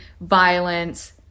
violence